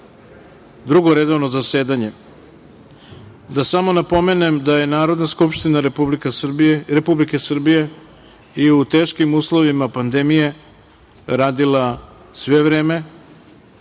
Drugo redovno zasedanje da samo napomenem da je Narodna skupština Republike Srbije i u teškim uslovima pandemije radila sve vreme,